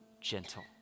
gentle